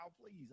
please